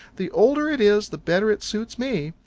the older it is the better it suits me.